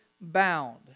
bound